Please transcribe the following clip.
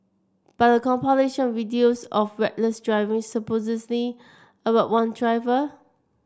but a of videos of reckless driving about one driver